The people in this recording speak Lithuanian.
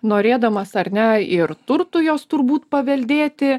norėdamas ar ne ir turtų jos turbūt paveldėti